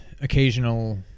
occasional